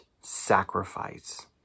sacrifice